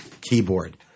keyboard